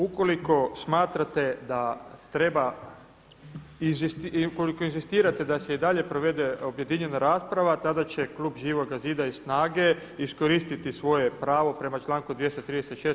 Ukoliko smatrate da treba, ukoliko inzistirate da se i dalje provede objedinjena rasprava tada će klub Živoga zida i SNAGE iskoristiti svoje pravo prema članku 236.